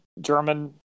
German